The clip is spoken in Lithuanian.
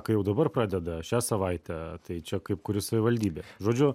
kai jau dabar pradeda šią savaitę tai čia kaip kuri savivaldybė žodžiu